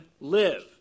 live